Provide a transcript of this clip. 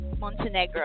Montenegro